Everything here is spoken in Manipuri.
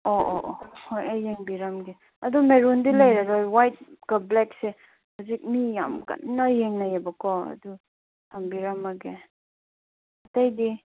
ꯑꯣ ꯑꯣ ꯑꯣ ꯍꯣꯏ ꯑꯩ ꯌꯦꯡꯕꯤꯔꯝꯒꯦ ꯑꯗꯨ ꯃꯦꯔꯨꯟꯗꯤ ꯂꯩꯔꯔꯣꯏ ꯋꯥꯏꯠꯀ ꯕ꯭ꯂꯦꯛꯁꯦ ꯍꯧꯖꯤꯛ ꯃꯤ ꯌꯥꯝ ꯀꯟꯅ ꯌꯦꯡꯅꯩꯑꯕꯀꯣ ꯑꯗꯨ ꯊꯝꯕꯤꯔꯝꯃꯒꯦ ꯑꯇꯩꯗꯤ